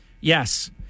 Yes